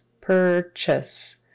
Purchase